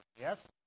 Yes